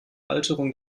alterung